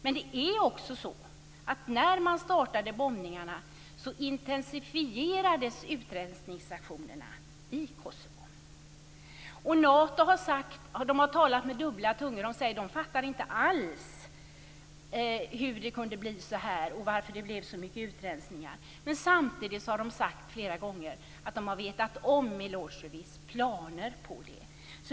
Men det är också så att när man startade bombningarna intensifierades utrensningsaktionerna i Kosovo. Nato har talat med dubbla tungor. Man säger att man inte alls fattar varför det blev så mycket utrensningar. Men samtidigt har man flera gånger sagt att man har vetat om Milosevic planer.